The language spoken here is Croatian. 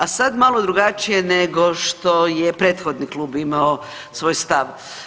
A sad malo drugačije nego što je prethodni klub imao svoj stav.